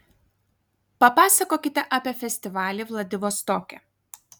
papasakokite apie festivalį vladivostoke